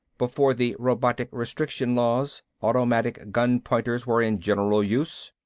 before the robotic restriction laws automatic gun-pointers were in general use.